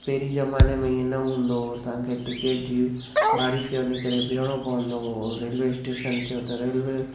पहिरीं ज़माने में इयं न हूंदो हुओ तव्हांखे टिकेट जी ॿारी ते वञी करे बीहिणो पवंदो हुओ रेल्वे स्टेशन थियो त रेल्वे